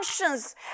conscience